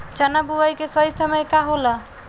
चना बुआई के सही समय का होला?